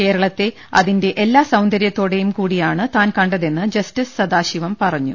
കേരളത്തെ അതിന്റെ എല്ലാ സൌന്ദര്യത്തോടും കൂടിയാണ് താൻ കണ്ടതെന്ന് ജസ്റ്റിസ് സദാശിവം പറഞ്ഞു